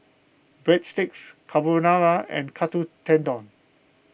Breadsticks Carbonara and Katsu Tendon